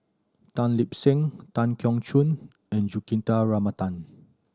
Tan Lip Seng Tan Keong Choon and Juthika Ramanathan